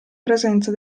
presenza